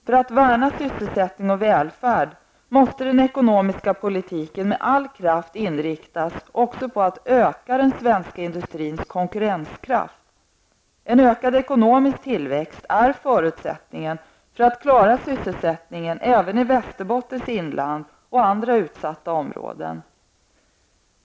För att värna sysselsättning och välfärd måste den ekonomiska politiken med all kraft inriktas också på att öka den svenska industrins konkurrenskraft. En ökad ekonomisk tillväxt är förutsättningen för att klara sysselsättningen även i Västerbottens inland och andra utsatta områden.